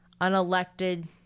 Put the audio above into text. unelected